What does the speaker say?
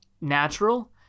natural